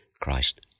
Christ